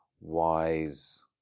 wise